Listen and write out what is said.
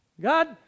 God